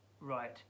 right